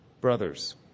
Brothers